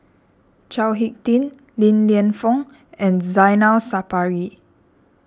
Chao Hick Tin Li Lienfung and Zainal Sapari